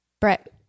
Brett